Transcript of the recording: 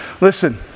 Listen